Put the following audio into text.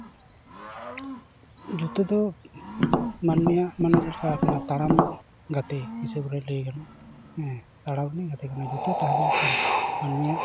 ᱡᱩᱛᱟᱹ ᱫᱚ ᱢᱟᱱᱢᱤᱭᱟᱜ ᱢᱟᱱᱮ ᱪᱮᱫ ᱞᱮᱠᱟᱣᱟᱠᱟᱱᱟ ᱛᱟᱲᱟᱢ ᱜᱟᱛᱮ ᱦᱤᱥᱟᱹᱵ ᱨᱮ ᱞᱟᱹᱭ ᱜᱟᱱᱚᱜᱼᱟ ᱦᱮᱸ ᱛᱟᱲᱟᱢ ᱨᱤᱱᱤᱡ ᱜᱟᱛᱮ ᱠᱟᱱᱟᱭ ᱡᱩᱛᱟᱹ ᱛᱟᱦᱮᱸᱞᱮᱱᱠᱷᱟᱱ ᱢᱟᱱᱢᱤᱭᱟᱜ